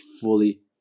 fully